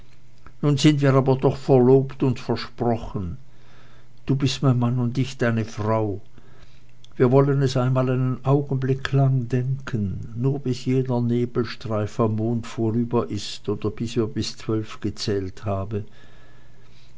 nun sind wir aber doch verlobt und versprochen du bist mein mann und ich deine frau wir wollen es einmal einen augenblick lang denken nur bis jener nebelstreif am mond vorüber ist oder bis wir zwölf gezählt haben